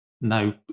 no